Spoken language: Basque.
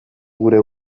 gure